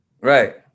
Right